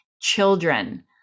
children